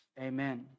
Amen